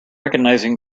recognizing